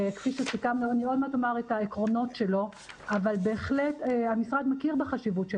אני עוד מעט אומר את העקרונות שלו אבל בהחלט המשרד מכיר בחשיבות של